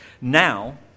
Now